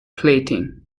plating